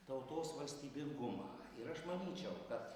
tautos valstybingumą ir aš manyčiau kad